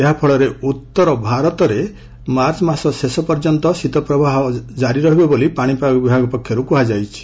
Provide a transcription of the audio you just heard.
ଏହାଫଳରେ ଉତ୍ତରଭାରତରେ ମାର୍ଚ୍ଚ ମାସ ପର୍ଯ୍ୟନ୍ତ ଶୀତ ପ୍ରବାହ ଜାରି ରହିବ ବୋଲି ପାଣିପାଗ ବିଭାଗ ପକ୍ଷରୁ କୁହାଯାଇଛି